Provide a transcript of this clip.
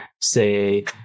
say